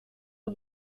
are